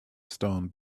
stone